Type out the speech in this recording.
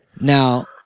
Now